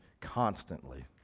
constantly